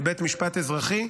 לבית משפט אזרחי,